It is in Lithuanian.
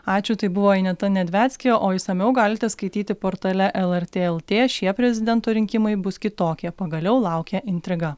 ačiū tai buvo ineta nedvecki o išsamiau galite skaityti portale lrt lt šie prezidento rinkimai bus kitokie pagaliau laukia intriga